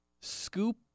Scoop